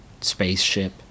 spaceship